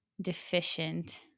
deficient